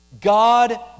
God